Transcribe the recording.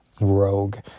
Rogue